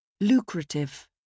Lucrative